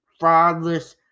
fraudless